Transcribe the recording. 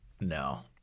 no